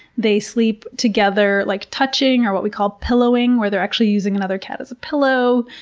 they sleep together, like touching, or what we call pillowing, where they're actually using another cat as a pillow.